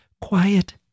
quiet